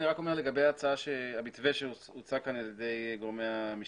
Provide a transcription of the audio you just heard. אני רק אומר לגבי המתווה שהוצג כאן על ידי גורמי המשטרה.